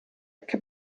che